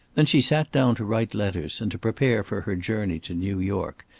then she sat down to write letters and to prepare for her journey to new york,